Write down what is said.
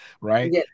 right